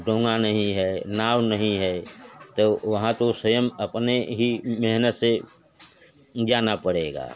डोंगा नहीं है नाव नहीं है तो वहाँ तो स्वयं अपने ही मेहनत से जाना पड़ेगा